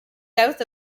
south